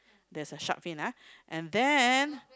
there's a shark fin ah and then